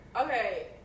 okay